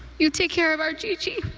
you take care of our gigi.